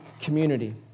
community